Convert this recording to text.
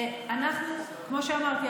כמו שאמרתי,